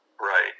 Right